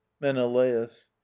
Menelaus